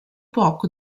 poco